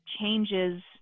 changes